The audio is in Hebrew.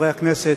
חברי הכנסת,